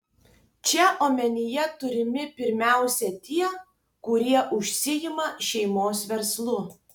čia omenyje turimi pirmiausia tie kurie užsiima šeimos verslu